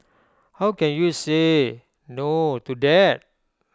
how can you say no to that